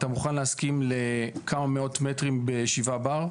אתה מוכן להסכים לכמה מאות מטרים ב-7 בר?